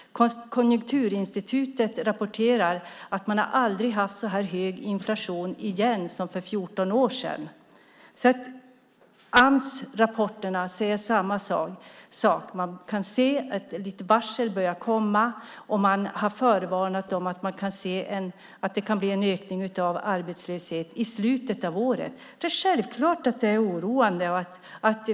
Konjunkturinstitutet rapporterar att vi inte har haft en så hög inflation på 14 år. Amsrapporterna säger samma sak. Man kan se varsel komma. Man har förvarnat om att det kan bli en ökning av arbetslösheten i slutet av året. Det är självklart oroande.